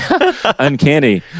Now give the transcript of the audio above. uncanny